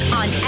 on